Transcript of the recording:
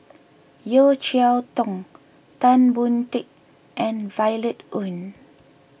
Yeo Cheow Tong Tan Boon Teik and Violet Oon